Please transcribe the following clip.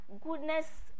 Goodness